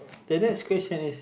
the next question is